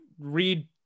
read